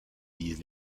disent